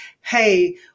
hey